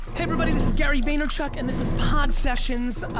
hey everybody this is gary vaynerchuk and this is pod sessions.